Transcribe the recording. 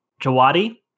Jawadi